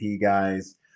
guys